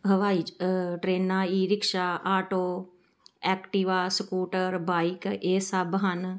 ਹਵਾਈ ਟ੍ਰੇਨਾਂ e rickshaw auto Activa scooter bike ਇਹ ਸਭ ਹਨ